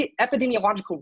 epidemiological